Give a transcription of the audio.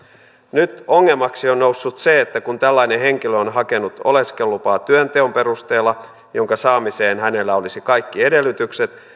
nyt ongelmaksi on noussut se että kun tällainen henkilö on hakenut oleskelulupaa työnteon perusteella jonka saamiseen hänellä olisi kaikki edellytykset